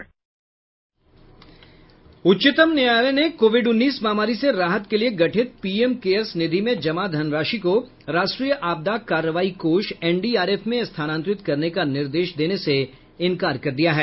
उच्चतम न्यायालय ने कोविड उन्नीस महामारी से राहत के लिए गठित पीएम केयर्स निधि में जमा धनराशि को राष्ट्रीय आपदा कार्रवाई कोष एनडीआर एफ में स्थानांतरित करने का निर्देश देने से इंकार कर दिया है